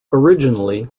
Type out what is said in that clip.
originally